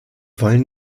wollen